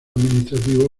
administrativo